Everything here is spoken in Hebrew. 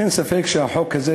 אין ספק שהחוק הזה